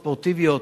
ספורטיביות,